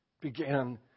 began